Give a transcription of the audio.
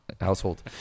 household